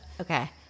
Okay